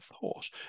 thought